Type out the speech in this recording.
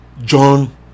John